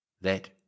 That